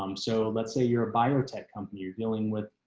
um so let's say you're a biotech company you're dealing with